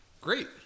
Great